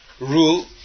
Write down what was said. rule